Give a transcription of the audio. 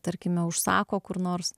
tarkime užsako kur nors